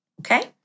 Okay